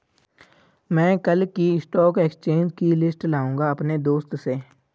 मै कल की stock exchange की लिस्ट लाऊंगा अपने दोस्त से